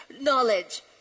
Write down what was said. knowledge